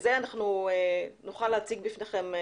זה נוכל להציג בפניכם.